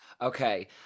Okay